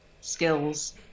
skills